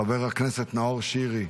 חבר הכנסת נאור שירי,